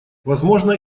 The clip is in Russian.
возможно